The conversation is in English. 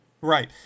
Right